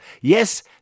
Yes